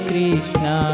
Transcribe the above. Krishna